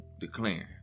declaring